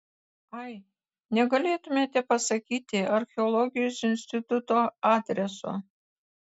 ai negalėtumėte pasakyti archeologijos instituto adreso